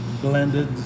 blended